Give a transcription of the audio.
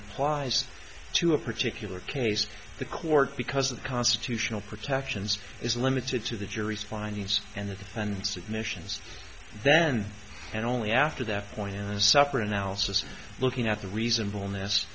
applies to a particular case the court because of constitutional protections is limited to the jury's finding and the thousand submissions then and only after that point in a separate analysis looking at the reason